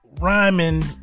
rhyming